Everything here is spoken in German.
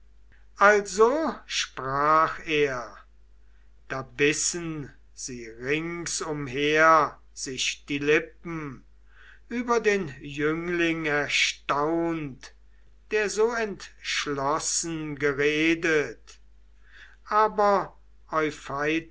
also sprach er da bissen sie rings umher sich die lippen über den jüngling erstaunt der so entschlossen geredet aber